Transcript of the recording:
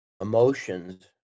emotions